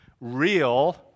real